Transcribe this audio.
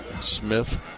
Smith